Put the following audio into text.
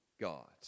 God